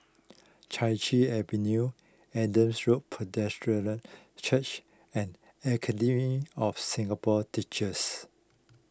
Chai Chee Avenue Adam Road Presbyterian Church and Academy of Singapore Teachers